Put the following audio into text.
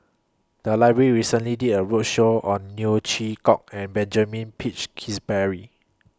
The Library recently did A roadshow on Neo Chwee Kok and Benjamin Peach Keasberry